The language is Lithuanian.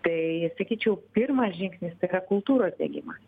tai sakyčiau pirmas žingsnis tai yra kultūros diegimas